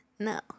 No